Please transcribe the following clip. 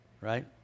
right